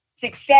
Success